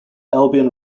albion